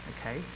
Okay